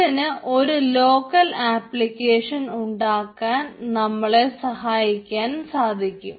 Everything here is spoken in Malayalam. ഇതിന് ഒരു ലോക്കൽ ആപ്ലിക്കേഷൻ ഉണ്ടാക്കാൻ നമ്മളെ സഹായിക്കാൻ സാധിക്കും